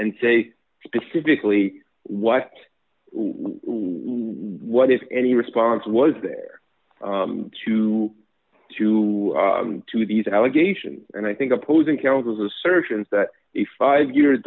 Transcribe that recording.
and say specifically what what if any response was there to to to these allegations and i think opposing counsel is assertions that a five year